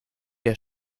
der